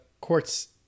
court's